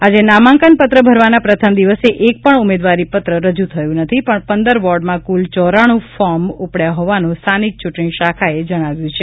આજે નામાંકન પત્ર ભરવાના પ્રથમ દિવસે એક પણ ઉમેદવારી પત્ર રજૂ થયું નથી પજ્ઞ પંદર વોર્ડ માં કુલ ચોરાણું ફોર્મ ઉપડ્યા હોવાનું સ્થાનિક ચૂંટજ્ઞી શાખાએ જજ્ઞાવ્યું છે